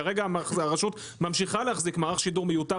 כרגע הרשות ממשיכה להחזיק מערך שידור מיותר